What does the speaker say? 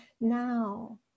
now